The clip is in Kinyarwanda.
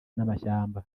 n’amashyamba